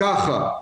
ככה.